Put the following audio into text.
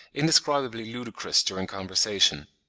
indescribably ludicrous during conversation.